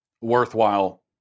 worthwhile